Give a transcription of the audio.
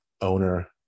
owner